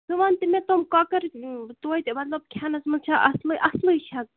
ژٕ وَنتہٕ مےٚ تِم کۄکَر توتہِ مطلب کھٮ۪نَس منٛز چھا اصلٕے اصلٕے چھا